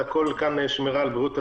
הכול כאן הוא שמירה על בריאות הציבור,